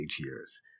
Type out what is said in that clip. years